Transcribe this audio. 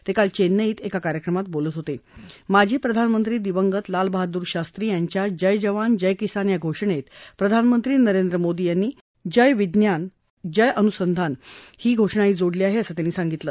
तक्वाल चस्तिई इथं एका कार्यक्रमात बोलत होत क्वाजी प्रधानमंत्री दिवंगत लालबहादूर शास्त्री यांच्या जय जवान जयकिसान या घोषणस्त्रीप्रधानमंत्री नरेंद्र मोदी यांनी जय विज्ञान जय अनुसंधान ही घोषणाही जोडली आहा असं त्यांनी सांगितलं